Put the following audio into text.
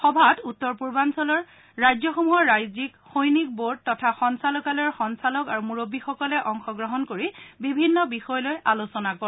সভাত উত্তৰ পূৰ্বাঞ্চলৰ ৰাজ্যসমূহৰ ৰাজ্যিক সৈনিক বোৰ্ড তথা সঞ্চালকালয়ৰ সঞ্চালক আৰু মূৰববীসকলে অংশগ্ৰহণ কৰি বিভিন্ন বিষয় লৈ আলোচনা কৰে